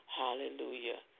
hallelujah